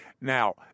Now